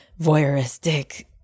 voyeuristic